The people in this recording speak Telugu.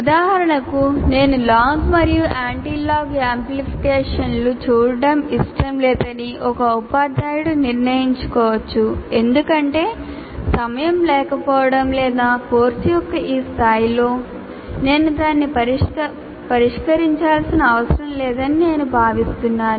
ఉదాహరణకు నేను లాగ్ మరియు యాంటిలాగ్ యాంప్లిఫికేషన్ను చూడటం ఇష్టం లేదని ఒక ఉపాధ్యాయుడు నిర్ణయించుకోవచ్చు ఎందుకంటే సమయం లేకపోవడం లేదా కోర్సు యొక్క ఈ స్థాయిలో నేను దానిని పరిష్కరించాల్సిన అవసరం లేదని నేను భావిస్తున్నాను